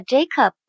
Jacob 。